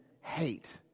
hate